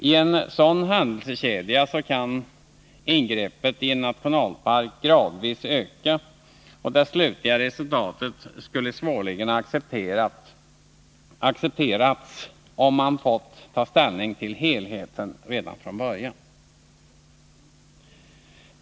I en sådan händelsekedja kan ingreppet i en nationalpark gradvis öka, och det slutliga resultatet skulle svårligen ha accepterats, om man fått ta ställning till helheten redan från början.